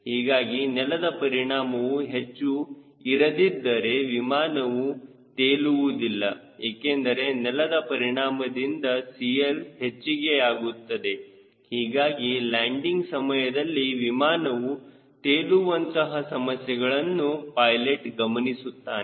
ಹೀಗಾಗಿ ನೆಲದ ಪರಿಣಾಮವು ಹೆಚ್ಚು ಇರದಿದ್ದರೆ ವಿಮಾನವು ತೇಲುವುದಿಲ್ಲ ಏಕೆಂದರೆ ನೆಲದ ಪರಿಣಾಮದಿಂದ CL ಮೆಚ್ಚಿಗೆಯಾಗುತ್ತದೆ ಹೀಗಾಗಿ ಲ್ಯಾಂಡಿಂಗ್ ಸಮಯದಲ್ಲಿ ವಿಮಾನವು ತೇಲುವಂತಹ ಸಮಸ್ಯೆಗಳನ್ನು ಪೈಲೆಟ್ ಗಮನಿಸುತ್ತಾನೆ